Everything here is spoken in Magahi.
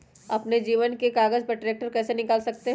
अपने जमीन के कागज पर ट्रैक्टर कैसे निकाल सकते है?